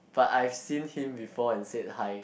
but I've seen him before and said hi